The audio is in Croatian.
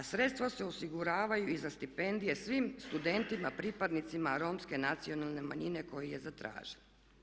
A sredstva se osiguravaju i za stipendije svim studentima pripadnicima Romske nacionalne manjine koji je zatraže.